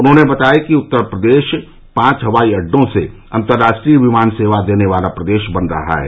उन्होंने बताया कि उत्तर प्रदेश पांच हवाई अड्डों से अन्तर्राष्ट्रीय विमान सेवा देने वाला प्रदेश बन रहा है